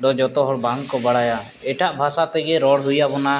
ᱫᱚ ᱡᱚᱛᱚ ᱦᱚᱲ ᱵᱟᱝᱠᱚ ᱵᱟᱲᱟᱭᱟ ᱮᱴᱟᱜ ᱵᱷᱟᱥᱟ ᱛᱮᱜᱮ ᱨᱚᱲ ᱦᱩᱭ ᱟᱵᱚᱱᱟ